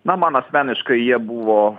na man asmeniškai jie buvo